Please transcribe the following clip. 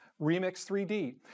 Remix3D